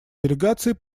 делегации